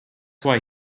why